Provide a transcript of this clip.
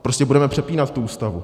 Prostě budeme přepínat tu Ústavu?